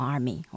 Army